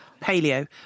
Paleo